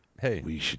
hey